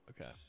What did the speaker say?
Okay